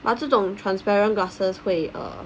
这 transparent glasses 会 uh